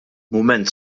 mument